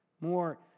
more